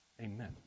amen